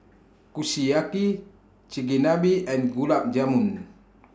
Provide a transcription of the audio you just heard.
Kushiyaki Chigenabe and Gulab Jamun